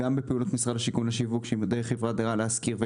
גם בפעולות משרד השיכון לשיווק דרך חברה להשכיר,